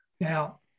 Now